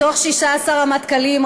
מתוך 16 רמטכ"לים,